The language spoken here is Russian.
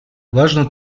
важно